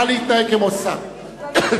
נא להתנהג כמו שר.